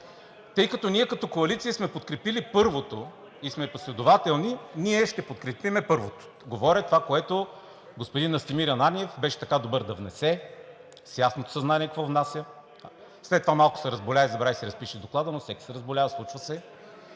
Тъй като ние като коалиция сме подкрепили първото и сме последователни, ще подкрепим първото – говоря това, което господин Настимир Ананиев беше така добър да внесе, с ясното съзнание какво внася. След това малко се разболя и забрави да си разпише доклада, но всеки се разболява, случва се,